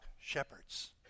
shepherds